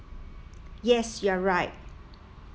yes you are right